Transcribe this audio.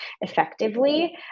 effectively